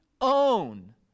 own